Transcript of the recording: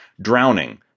drowning